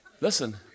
listen